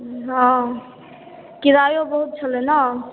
हॅं किरायो बहुत छलै ने